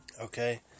Okay